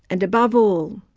and above all,